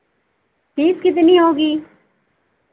fees कितनी होगी